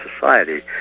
society